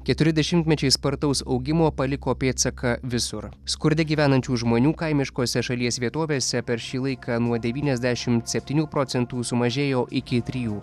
keturi dešimtmečiai spartaus augimo paliko pėdsaką visur skurde gyvenančių žmonių kaimiškuose šalies vietovėse per šį laiką nuo devyniasdešimt septynių procentų sumažėjo iki trijų